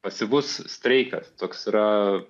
pasyvus streikas toks yra